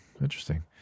Interesting